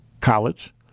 college